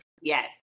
Yes